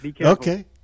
Okay